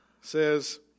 says